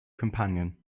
companion